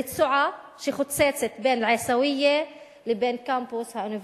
רצועה שחוצצת בין אל-עיסאוויה לבין קמפוס האוניברסיטה.